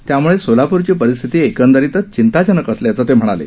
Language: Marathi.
त्यामुळे सोलापूरची परिस्थिती एकंदरीतच चिंताजनक असल्याचं ते म्हणाले